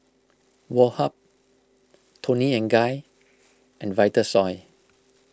Woh Hup Toni and Guy and Vitasoy